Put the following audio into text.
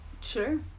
sure